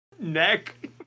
Neck